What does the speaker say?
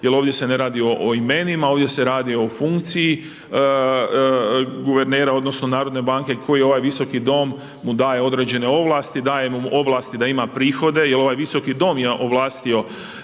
jer ovdje se ne radi o imenima, ovdje se radi o funkciji guvernera, odnosno, Narodne banke, koji ovaj Visoki dom mu daje određene ovlasti, daje mu ovlasti da ima prihode, jer ovaj Visoki dom je ovlastio